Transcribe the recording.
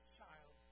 Child